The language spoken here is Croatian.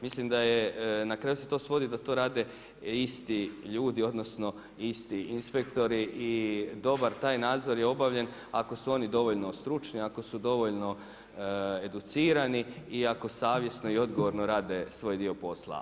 Mislim da je na kraju se to svodi da to rade isti ljudi odnosno isti inspektori i dobar taj nadzor je obavljen ako su oni dovoljno stručni, ako su dovoljno educirani i ako savjesno i odgovorno rade svoj dio posla.